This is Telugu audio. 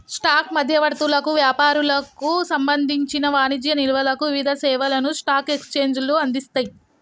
స్టాక్ మధ్యవర్తులకు, వ్యాపారులకు సంబంధించిన వాణిజ్య నిల్వలకు వివిధ సేవలను స్టాక్ ఎక్స్చేంజ్లు అందిస్తయ్